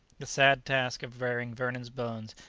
the sad task of burying vernon's bones,